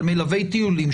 על מלווי טיולים,